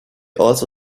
also